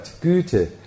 Güte